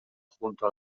junto